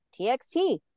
TXT